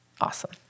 Awesome